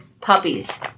puppies